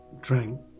drank